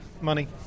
money